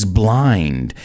blind